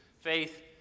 faith